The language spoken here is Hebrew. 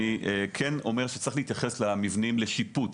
אני כן אומר שצריך להתייחס למבנים לשיפוץ.